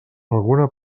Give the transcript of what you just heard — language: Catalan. alguna